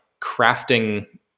crafting